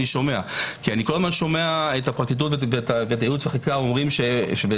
שומע כי אני כל הזמן שומע את הפרקליטות ואת הייעוץ וחקיקה ואת